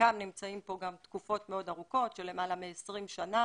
חלקם נמצאים פה גם תקופות מאוד ארוכות של למעלה מ-20 שנה